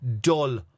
dull